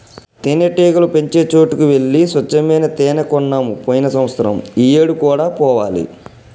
తేనెటీగలు పెంచే చోటికి వెళ్లి స్వచ్చమైన తేనే కొన్నాము పోయిన సంవత్సరం ఈ ఏడు కూడా పోవాలి